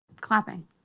clapping